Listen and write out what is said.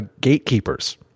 gatekeepers